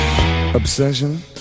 Obsession